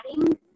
adding